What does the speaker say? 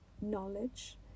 knowledge